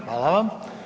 Hvala vam.